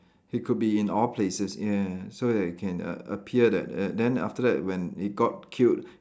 he could be in all places yes so that he can a~ appear that then after that when he got killed